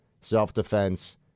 Self-defense